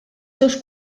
seus